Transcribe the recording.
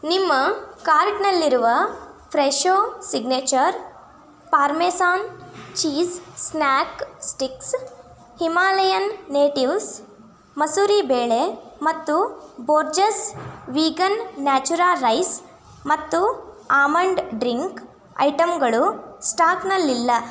ನಿಮ್ಮ ಕಾರ್ಟ್ನಲ್ಲಿರುವ Fresho signature parmesan cheese snack sticks Himalayan natives ಮಸೂರಿ ಬೇಳೆ ಮತ್ತು ಬೋರ್ಜಸ್ ವೀಗನ್ ನ್ಯಾಚುರಾ ರೈಸ್ ಮತ್ತು ಆಮಂಡ್ ಡ್ರಿಂಕ್ ಐಟಮ್ಗಳು ಸ್ಟಾಕ್ನಲ್ಲಿಲ್ಲ